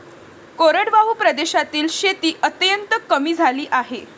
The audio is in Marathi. कोरडवाहू प्रदेशातील शेती अत्यंत कमी झाली आहे